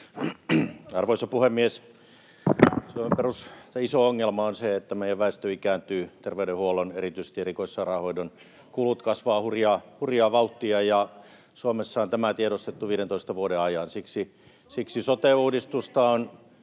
Arvoisa puhemies! Suomen iso ongelma on se, että meidän väestö ikääntyy ja terveydenhuollon, erityisesti erikoissairaanhoidon, kulut kasvavat hurjaa vauhtia. Suomessahan on tämä tiedostettu 15 vuoden ajan, ja siksi sote-uudistusta on